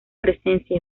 presencia